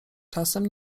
czasem